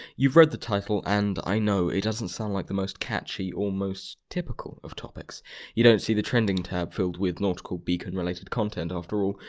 you've read the title and i know it doesn't sound like the most catchy or most typical of topics you don't see the trending tab for weird nautical-beacon-related content after all.